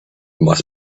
must